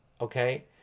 okay